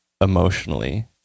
emotionally